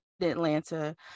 atlanta